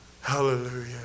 Hallelujah